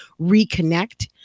reconnect